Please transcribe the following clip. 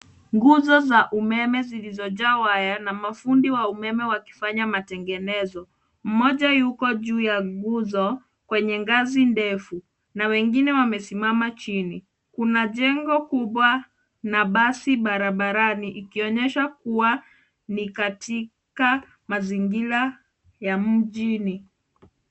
Nguzo za umeme zilizojaa waya na mafundi wa umeme wakifanya matengenezo. Mmoja yuko juu ya nguzo kwenye ngazi ndefu na wengine wamesimama chini. Kuna jengo kubwa na basi barabarani ikionyesha kuwa ni katika mazingira ya mjini.